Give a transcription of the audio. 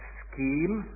scheme